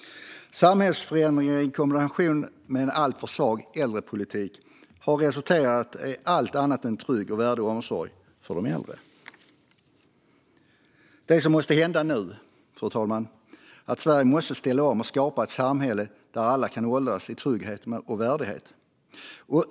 Samhällsförändringarna i kombination med en alltför svag äldrepolitik har resulterat i en allt annat än en trygg och värdig omsorg för de äldre. Fru talman! Det som måste hända nu är att Sverige måste ställa om och skapa ett samhälle där alla kan åldras i trygghet och med värdighet.